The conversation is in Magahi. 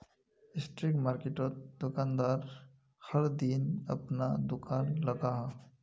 स्ट्रीट मार्किटोत दुकानदार हर दिन अपना दूकान लगाहा